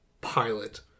pilot